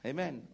Amen